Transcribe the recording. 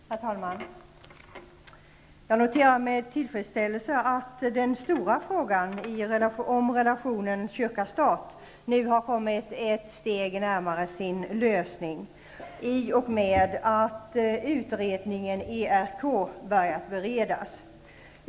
Herr talman! Jag noterar med tillfredsställelse att den stora frågan om relationen kyrka--stat nu kommit ett steg närmare sin lösning i och med att ERK-utredningen börjar beredas.